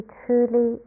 truly